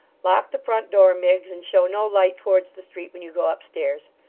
lock the front-door, miggs, and show no light towards the street when you go upstairs.